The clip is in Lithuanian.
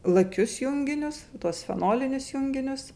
lakius junginius tuos fenolinius junginius